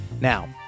Now